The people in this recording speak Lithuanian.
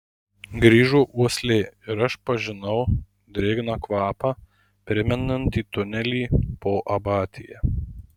grįžo uoslė ir pažinau drėgną kvapą primenantį tunelį po abatija